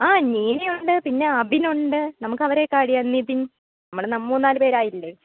ആ നീനയുണ്ട് പിന്നെ അബിനുണ്ട് നമുക്കവരെയൊക്കെ ആഡ് ചെയ്യാം നിതിൻ നമ്മൾ മൂന്നാല് പേരായില്ലേ